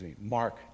Mark